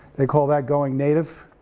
they call that going native.